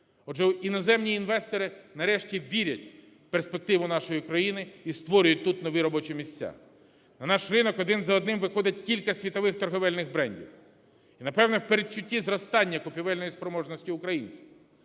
Отже, іноземні інвестори нарешті вірять в перспективу нашої країни і створюють тут нові робочі місця. На наш ринок один за одним виходять кілька світових торговельних брендів і напевно, в передчутті зростання купівельної спроможності українців.